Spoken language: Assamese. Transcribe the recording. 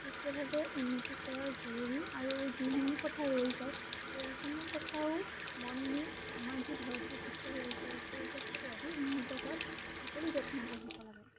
ক্ষীপ্ৰভাৱে উন্নতি কৰা জৰুৰী আৰু যিসমূহ কথা ৰৈ যায় সেইসমূহ কথাও মন দি আমাৰ যি ভাৰতীয় শিক্ষা ব্যৱস্থা শিক্ষা ব্যৱস্থাটো অধিক উন্নত কৰাত সকলো যত্নপৰ হ'ব লাগে